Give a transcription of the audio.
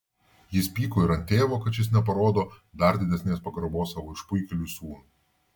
jis pyko ir ant tėvo kad šis neparodo dar didesnės pagarbos savo išpuikėliui sūnui